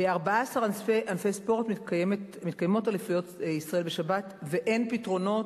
ב-14 ענפי ספורט מתקיימות אליפויות ישראל בשבת ואין פתרונות,